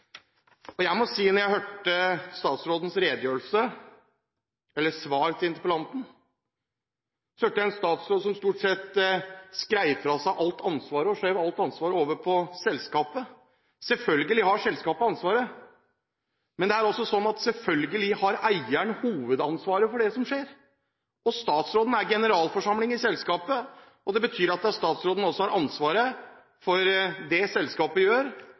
Jeg må si at da jeg hørte statsrådens redegjørelse, eller svar til interpellanten, hørte jeg en statsråd som stort sett skrev fra seg alt ansvar og skjøv alt ansvar over på selskapet. Selvfølgelig har selskapet ansvaret, men det er selvfølgelig også sånn at eieren har hovedansvaret for det som skjer. Og statsråden er generalforsamling i selskapet. Det betyr at statsråden også har ansvaret for det selskapet gjør